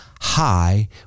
high